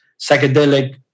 psychedelic